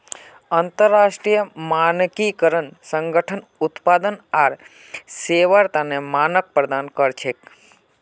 अंतरराष्ट्रीय मानकीकरण संगठन उत्पाद आर सेवार तने मानक प्रदान कर छेक